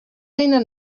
line